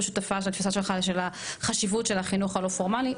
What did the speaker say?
שותפה לתפיסה שלך של החשיבות של החינוך הלא פורמלי,